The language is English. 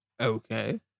Okay